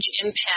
impact